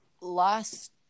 Last